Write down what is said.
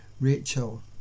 Rachel